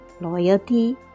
loyalty